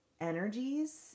energies